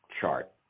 chart